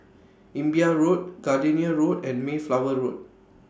Imbiah Road Gardenia Road and Mayflower Road